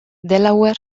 delaware